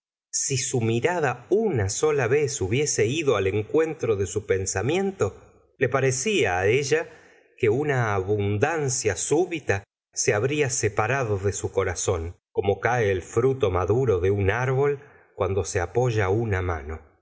si su mirada una sola vez hubiese ido al encuentro de su pensamiento le parecía ella que una abundancia súbita se habría separado de su corazón como cae el fruto maduro de un árbol cuando se apoya una mano